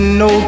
no